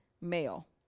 male